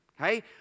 okay